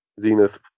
zenith